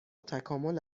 تکامل